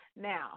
Now